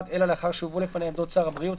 אלא לאחר שהובאו לפניה עמדות שר הבריאות,